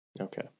Okay